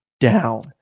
down